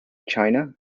china